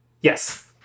Yes